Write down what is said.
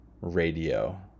radio